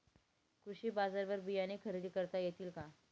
कृषी बाजारवर बियाणे खरेदी करता येतील का?